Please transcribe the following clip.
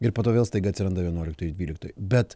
ir po to vėl staiga atsiranda vienuoliktoj dvyliktoj bet